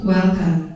Welcome